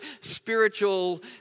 spiritual